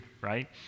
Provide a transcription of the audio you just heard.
right